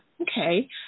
okay